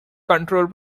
controls